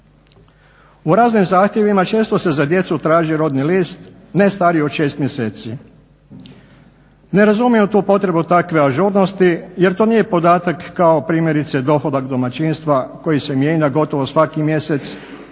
U raznim zahtjevima često se za djecu traži rodni list ne stariji od 6 mjeseci. Ne razumiju tu potrebu takve ažurnosti jer to nije podatak kao primjerice dohodak domaćinstva koji se mijenja gotovo svaki mjesec,